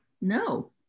No